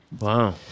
Wow